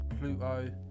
Pluto